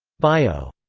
bio.